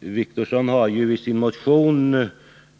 Herr Wictorsson har ju i sin motion